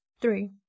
Three